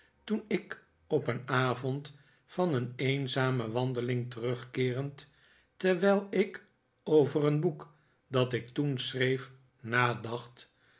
toen ik op een avond van een eenzame wandeling terugkeerend terwijl ik over een boek dat ik toen schreef nadacht